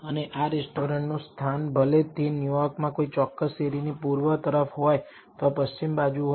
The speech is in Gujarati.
અને આ રેસ્ટોરેન્ટનું સ્થાન ભલે તે ન્યુયોર્કમાં કોઈ ચોક્કસ શેરીની પૂર્વ તરફ હોય અથવા પશ્ચિમ બાજુ હોય